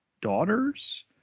daughters